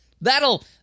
That'll